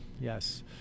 yes